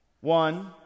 one